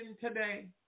today